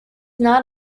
not